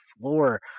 floor